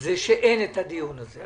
זה שאין את הדיון הזה.